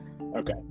Okay